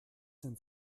sind